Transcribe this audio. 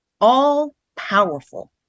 all-powerful